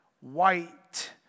white